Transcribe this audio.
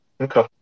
Okay